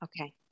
Okay